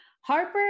Harper